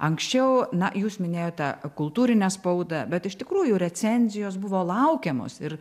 anksčiau na jūs minėjote kultūrinę spaudą bet iš tikrųjų recenzijos buvo laukiamos ir